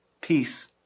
peace